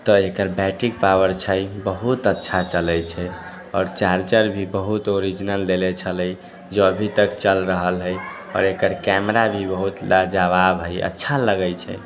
तऽ एकर battery power छै बहुत अच्छा चलै छै आओर चार्जर भी बहुत ओरिजिनल देले छलै जे अभी तक चल रहल हय आओर एकर कैमरा भी बहुत लाजवाब हय अच्छा लगै छै